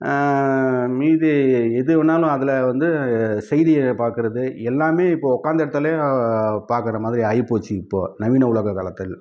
மீதி எது வேணாலும் அதில் வந்து செய்தியை பார்க்குறது எல்லாமே இப்போது உட்காந்த இடத்துலே பார்க்குற மாதிரி ஆகி போச்சு இப்போது நவீன உலக காலத்தில்